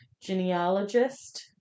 Genealogist